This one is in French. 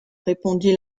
répondit